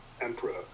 emperor